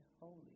holy